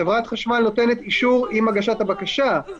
חברת החשמל נותנת אישור עם הגשת הבקשה.